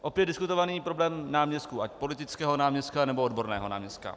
Opět diskutovaný problém náměstků, ať politického náměstka, nebo odborného náměstka.